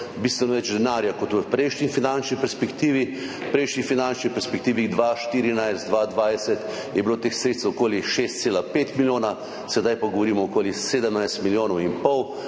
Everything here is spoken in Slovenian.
bistveno več denarja kot v prejšnji finančni perspektivi. V prejšnji finančni perspektivi, 2014–2020 je bilo teh sredstev okoli 6,5 milijona, sedaj pa govorimo okoli 17,5 milijona, tako